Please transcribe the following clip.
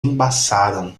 embaçaram